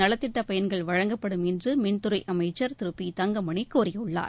நலத்திட்ட பயன்கள் வழங்கப்படும் என்று மின்துறை அமைச்சர் திரு பி தங்கமணி கூறியுள்ளார்